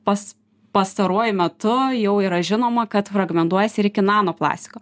pas pastaruoju metu jau yra žinoma kad fragmentuojasi ir iki nano plastiko